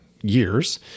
years